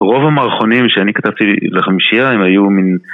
רוב המערכונים שאני כתבתי לחמישיה הם היו מין...